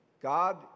God